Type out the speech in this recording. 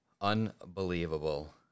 Unbelievable